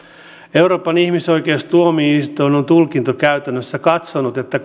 euroopan ihmisoikeustuomioistuin on tulkintakäytännössä katsonut että